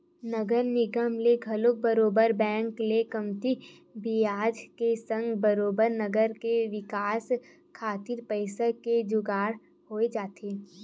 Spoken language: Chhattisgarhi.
नगर निगम ल घलो बरोबर बेंक ले कमती बियाज के संग बरोबर नगर के बिकास खातिर पइसा के जुगाड़ होई जाथे